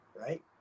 right